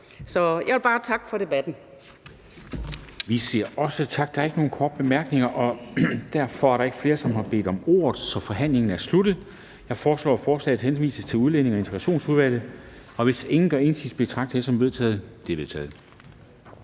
(Henrik Dam Kristensen): Vi siger også tak. Der er ikke nogen korte bemærkninger. Da der ikke er flere, der har bedt om ordet, er forhandlingen sluttet. Jeg foreslår, forslaget henvises til Udlændinge- og Integrationsudvalget, og hvis ingen gør indsigelse, betragter jeg dette som vedtaget. Det er vedtaget.